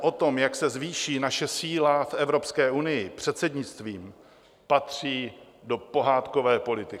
O tom, jak se zvýší naše síla v Evropské unii předsednictvím, patří do pohádkové politiky.